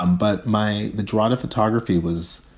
um but my the drona photography was,